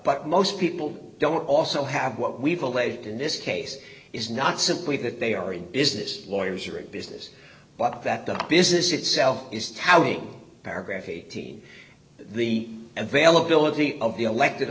but most people don't also have what we've alleged in this case is not simply that they are in business lawyers or in business but that the business itself is touting paragraph eighteen the unveil ability of the elected